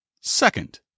Second